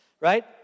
Right